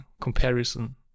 comparison